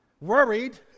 Worried